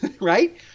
right